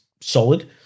solid